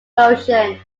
motion